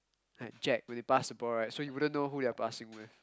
like Jack when they pass the ball right so you wouldn't know who they are passing with